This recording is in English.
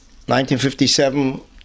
1957